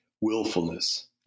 willfulness